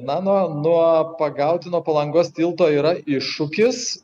na nuo nuo pagauti nuo palangos tilto yra iššūkis